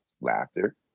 laughter